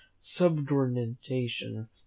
subordination